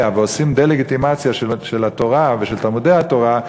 ועושים דה-לגיטימציה של התורה ושל תלמודי-התורה,